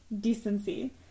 decency